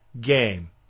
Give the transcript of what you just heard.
game